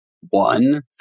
One